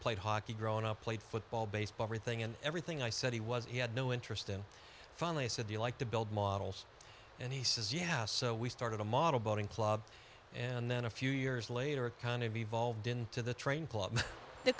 played hockey growing up played football baseball for thing and everything i said he was he had no interest in finally said the like to build models and he says yeah so we started a model bowling club and then a few years later kind of evolved into the train club the